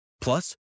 Plus